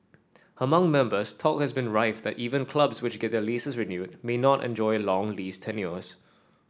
among members talk has been rife that even clubs which get their leases renewed may not enjoy long lease tenures